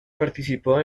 participó